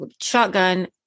shotgun